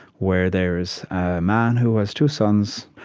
where there is a man who has two sons.